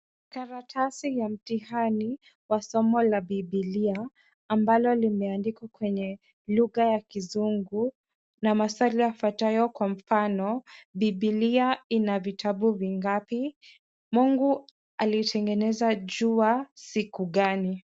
Karatasi ya mtihani ya somo la bibilia ambalo limeandikwa kwenye lugha ya kizungu na maswali ya fuatayo kwa mfano bibilia ni vitabu vingapi? Mungu alitengeneza jua siku gani?